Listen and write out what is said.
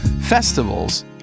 Festivals